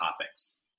topics